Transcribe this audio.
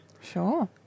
sure